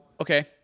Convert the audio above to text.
okay